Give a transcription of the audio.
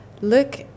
look